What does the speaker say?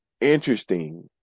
interesting